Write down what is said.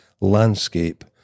landscape